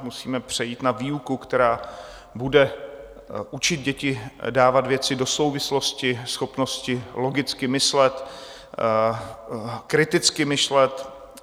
Musíme přejít na výuku, která bude učit děti dávat věci do souvislosti, schopnosti logicky myslet, kriticky myslet.